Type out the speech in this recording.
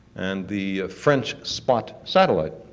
and the french spot satellite,